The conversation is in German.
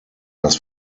das